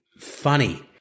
Funny